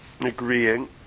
agreeing